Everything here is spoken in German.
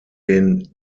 den